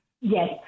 Yes